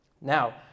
now